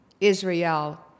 Israel